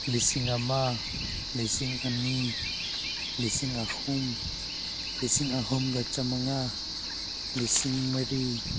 ꯂꯤꯁꯤꯡ ꯑꯃ ꯂꯤꯁꯤꯡ ꯑꯅꯤ ꯂꯤꯁꯤꯡ ꯑꯍꯨꯝ ꯂꯤꯁꯤꯡ ꯑꯍꯨꯝꯒ ꯆꯥꯝꯃꯉꯥ ꯂꯤꯁꯤꯡ ꯃꯔꯤ